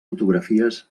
fotografies